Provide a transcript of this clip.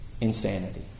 insanity